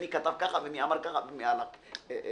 ומי כתב ככה ומי אמר ככה ומי הלך ככה.